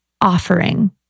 offering